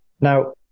Now